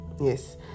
Yes